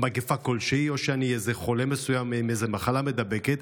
מגפה כלשהי או שאני איזה חולה מסוים עם איזו מחלה מידבקת,